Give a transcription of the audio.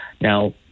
Now